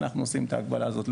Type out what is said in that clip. אנחנו עושים את ההגבלה הזו.